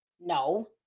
No